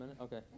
Okay